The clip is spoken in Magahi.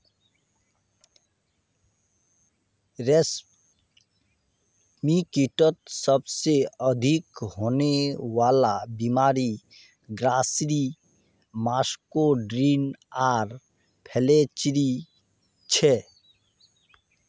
रेशमकीटत सबसे अधिक होने वला बीमारि ग्रासरी मस्कार्डिन आर फ्लैचेरी छे